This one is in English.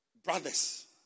Brothers